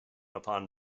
upon